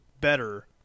better